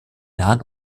nahen